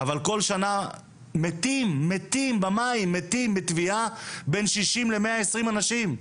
אבל כל שנה מתים במים בטביעה בין ששים למאה אנשים.